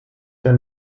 der